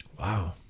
Wow